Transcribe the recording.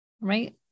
right